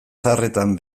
zaharretan